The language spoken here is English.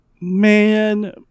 man